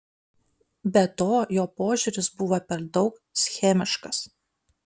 be to jo požiūris buvo per daug schemiškas